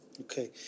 Okay